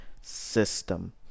system